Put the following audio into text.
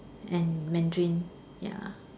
and Mandarin ya